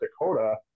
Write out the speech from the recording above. Dakota